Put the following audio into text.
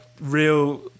real